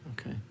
Okay